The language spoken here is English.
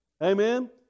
Amen